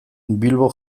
bilbo